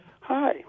Hi